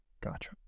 Gotcha